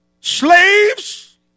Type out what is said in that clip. Slaves